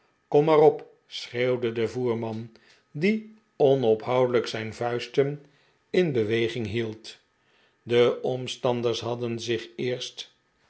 kom maar op schreeuwde de voerman die onophoudelijk zijn vuisten in beweging hield de omstanders hadden zich eerst